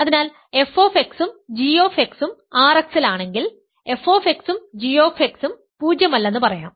അതിനാൽ f ഉം g ഉം R x ൽ ആണെങ്കിൽ f ഉം g ഉം പൂജ്യമല്ലെന്ന് പറയാം